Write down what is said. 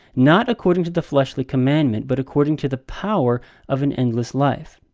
not according to the fleshly commandment, but according to the power of an endless life.